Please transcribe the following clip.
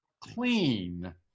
clean